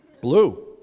Blue